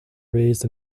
raised